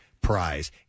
Prize